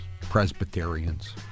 Presbyterians